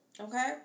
okay